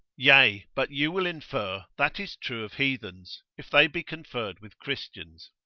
yea, but you will infer, that is true of heathens, if they be conferred with christians,